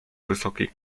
wysokiej